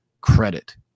credit